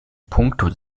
puncto